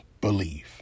believe